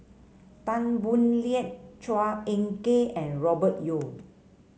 Tan Boo Liat Chua Ek Kay and Robert Yeo